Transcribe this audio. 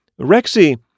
Rexy